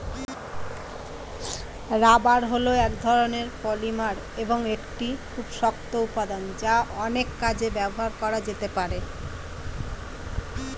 rubber হল এক ধরণের পলিমার এবং একটি খুব শক্ত উপাদান যা অনেক কাজে ব্যবহার করা যেতে পারে